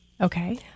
Okay